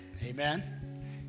Amen